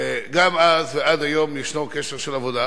וגם אז ועד היום יש קשר של עבודה,